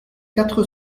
quatre